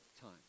time